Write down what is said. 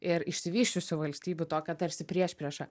ir išsivysčiusių valstybių tokią tarsi priešpriešą